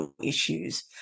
issues